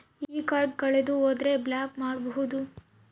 ಈ ಕಾರ್ಡ್ ಕಳೆದು ಹೋದರೆ ಬ್ಲಾಕ್ ಮಾಡಬಹುದು?